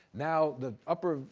now the upper,